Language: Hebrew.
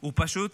הוא פשוט